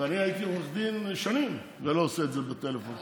ואני הייתי עורך דין שנים ולא עושה את זה בטלפון.